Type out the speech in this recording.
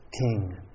King